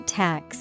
tax